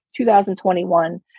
2021